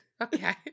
Okay